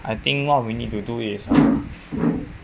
I think what we need to do is um